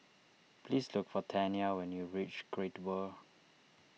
please look for Tanya when you reach Great World